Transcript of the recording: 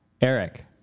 Eric